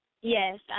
Yes